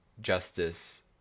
justice